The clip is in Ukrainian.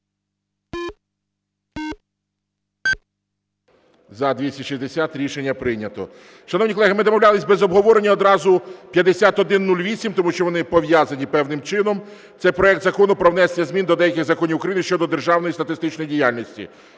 За-260 Рішення прийнято. Шановні колеги, ми домовлялися без обговорення одразу 5108, тому що вони пов'язані певним чином. Це проект Закону про внесення змін до деяких законів України щодо державної статистичної діяльності.